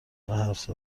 حرف